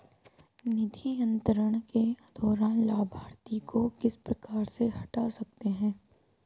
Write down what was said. निधि अंतरण के दौरान लाभार्थी को किस प्रकार से हटा सकते हैं?